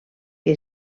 que